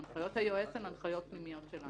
הנחיות היועץ הן הנחיות פנימיות שלנו.